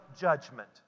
judgment